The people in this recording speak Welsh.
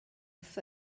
wrth